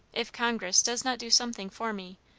if congress does not do something for me,